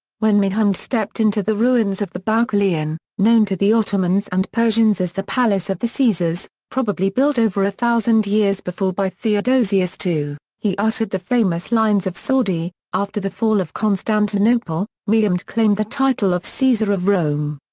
when mehmed stepped into the ruins of the boukoleon, known to the ottomans and persians as the palace of the caesars, probably built over a thousand years before by theodosius ii, he uttered the famous lines of saadi after the fall of constantinople, mehmed claimed the title of caesar of rome.